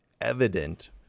evident